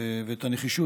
ואת הנחישות.